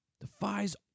Defies